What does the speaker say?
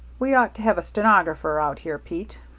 we ought to have a stenographer out here, pete.